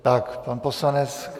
Tak, pan poslanec.